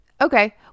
Okay